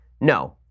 No